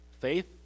Faith